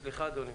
סליחה, אדוני.